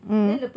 mm